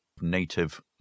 native